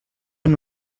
amb